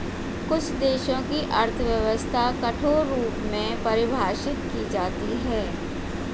कुछ देशों की अर्थव्यवस्था कठोर रूप में परिभाषित की जाती हैं